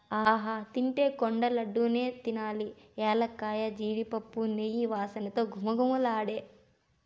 ఆహా తింటే కొండ లడ్డూ నే తినాలి ఎలక్కాయ, జీడిపప్పు, నెయ్యి వాసనతో ఘుమఘుమలాడే